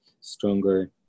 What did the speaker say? stronger